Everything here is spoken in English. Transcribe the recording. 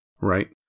Right